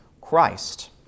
Christ